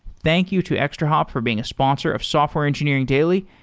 thank you to extrahop for being a sponsor of software engineering daily,